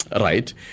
Right